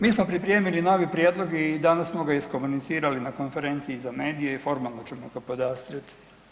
Mi smo pripremili novi prijedlog i danas smo ga iskomunicirali na konferenciji za medije i formalno ćemo ga podastrijeti.